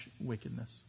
wickedness